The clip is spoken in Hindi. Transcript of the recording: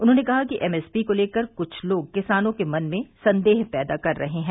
उन्होंने कहा कि एमएसपी को लेकर कुछ लोग किसानों के मन में संदेह पैदा कर रहे हैं